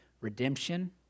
redemption